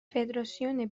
فدراسیون